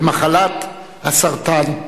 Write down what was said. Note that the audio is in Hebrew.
במחלת הסרטן,